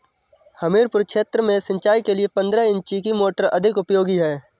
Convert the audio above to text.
हमीरपुर क्षेत्र में सिंचाई के लिए पंद्रह इंची की मोटर अधिक उपयोगी है?